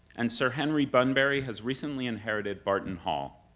and sir henry bunbury has recently inherited barton hall,